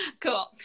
Cool